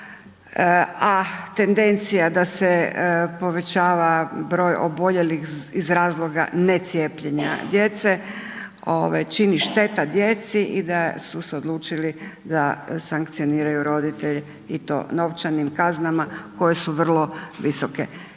a tendencija da se povećava broj oboljelih iz razloga necijepljenja djece, čini šteta djeci i da su se odlučili da sankcioniraju roditelje i to novčanim kaznama koje su vrlo visoke.